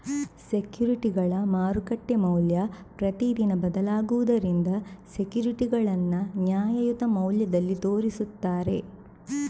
ಸೆಕ್ಯೂರಿಟಿಗಳ ಮಾರುಕಟ್ಟೆ ಮೌಲ್ಯ ಪ್ರತಿದಿನ ಬದಲಾಗುದರಿಂದ ಸೆಕ್ಯೂರಿಟಿಗಳನ್ನ ನ್ಯಾಯಯುತ ಮೌಲ್ಯದಲ್ಲಿ ತೋರಿಸ್ತಾರೆ